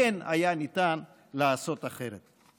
כן היה ניתן לעשות אחרת.